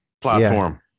platform